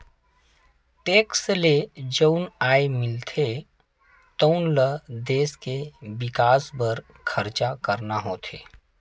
tax ले जउन आय मिलथे तउन ल देस के बिकास बर खरचा करना होथे